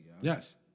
yes